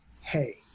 hey